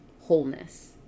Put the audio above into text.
wholeness